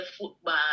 football